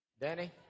Danny